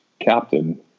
captain